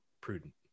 prudent